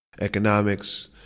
economics